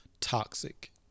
toxic